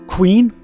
Queen